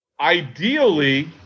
Ideally